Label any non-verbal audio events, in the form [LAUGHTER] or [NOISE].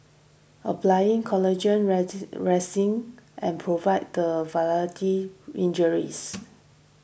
applying collagenand [UNINTELLIGIBLE] and provide the variety injuries